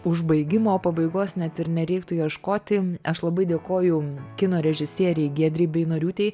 užbaigimo pabaigos net ir nereiktų ieškoti aš labai dėkoju kino režisierei giedrei beinoriūtei